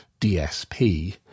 DSP